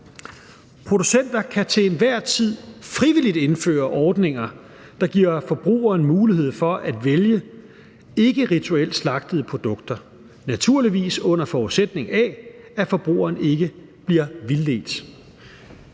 Producenter kan til enhver tid frivilligt indføre ordninger, der giver forbrugeren mulighed for at vælge ikkerituelt slagtede produkter. Naturligvis under forudsætning af, at forbrugeren ikke bliver vildledt.